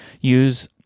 use